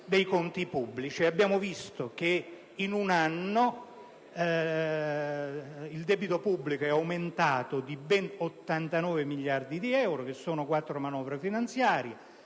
Abbiamo visto che in un anno il debito pubblico è aumentato di ben 89 miliardi di euro, che equivalgono a quattro manovre finanziarie,